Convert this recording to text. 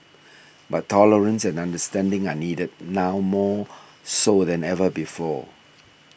but tolerance and understanding are needed now more so than ever before